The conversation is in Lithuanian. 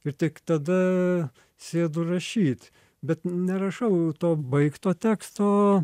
ir tik tada sėdu rašyt bet nerašau to baigto teksto